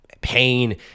pain